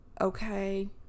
Okay